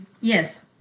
Yes